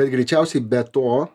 bet greičiausiai be to